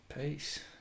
Peace